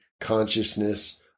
consciousness